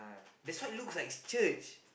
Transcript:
that's why looks like it's church